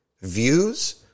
Views